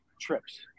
trips